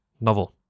novel